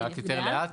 רק יותר לאט,